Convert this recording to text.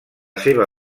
seva